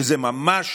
שזה ממש